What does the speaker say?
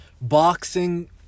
boxing